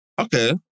Okay